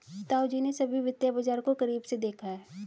ताऊजी ने सभी वित्तीय बाजार को करीब से देखा है